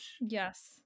Yes